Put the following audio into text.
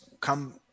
come